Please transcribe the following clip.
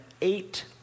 eight